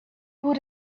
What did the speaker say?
would